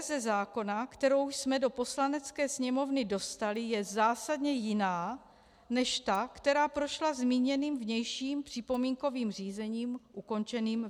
Verze zákona, kterou jsme do Poslanecké sněmovny dostali, je zásadně jiná než ta, která prošla zmíněným vnějším připomínkovým řízením ukončeným v říjnu.